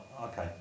okay